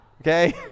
Okay